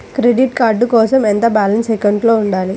Credit card కోసం ఎంత balance అకౌంట్లో ఉంచాలి?